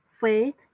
faith